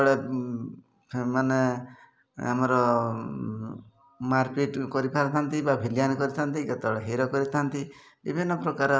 driver ଭଲ ଟିକେ ବ୍ୟବହାର କଲେ ଆଉ ମାକ୍ସ୍ ପିନ୍ଧିଲେ ଆମ ପାଇଁ ଭଲ ଦେଶ ପାଇଁ ଭଲ ଅନ୍ୟମାନଙ୍କ ସମସ୍ତଙ୍କ ପାଇଁ ସେଇଟା ଭଲ